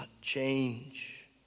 change